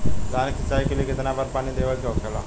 धान की सिंचाई के लिए कितना बार पानी देवल के होखेला?